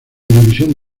división